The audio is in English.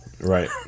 Right